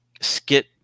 skit